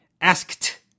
Asked